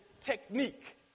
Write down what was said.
technique